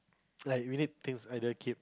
like we need things either keep